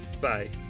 Bye